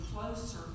closer